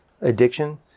addiction